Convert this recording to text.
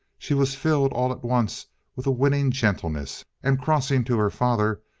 she was filled all at once with a winning gentleness and, crossing to her father,